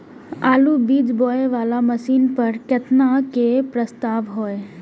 आलु बीज बोये वाला मशीन पर केतना के प्रस्ताव हय?